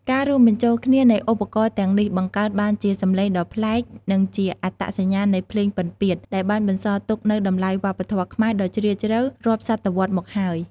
ការរួមបញ្ចូលគ្នានៃឧបករណ៍ទាំងនេះ បង្កើតបានជាសម្លេងដ៏ប្លែក និងជាអត្តសញ្ញាណនៃភ្លេងពិណពាទ្យ ដែលបានបន្សល់ទុកនូវតម្លៃវប្បធម៌ខ្មែររដ៏ជ្រាលជ្រៅរាប់សតវត្សរ៍មកហើយ។